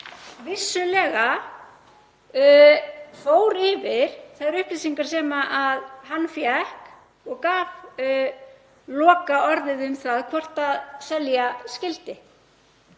vissulega fór yfir þær upplýsingar sem hann fékk og átti lokaorðið um það hvort selja skyldi,